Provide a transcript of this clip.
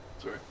Sorry